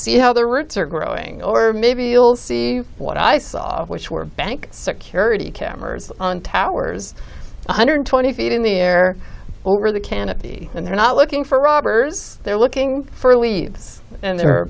see how their roots are growing or maybe you'll see what i saw which were bank security cameras on towers one hundred twenty feet in the air over the canopy and they're not looking for robbers they're looking for leaves and they're